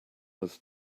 was